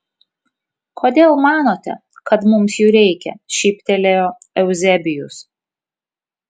kodėl manote kad mums jų reikia šyptelėjo euzebijus